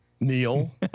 Neil